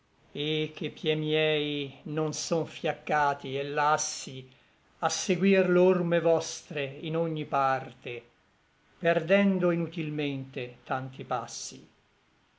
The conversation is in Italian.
et che pie non son fiaccati et lassi a seguir l'orme vostre in ogni parte perdendo inutilmente tanti passi